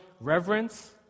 reverence